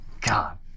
God